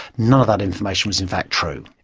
none of that information was in fact true.